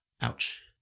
Ouch